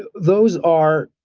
but those are,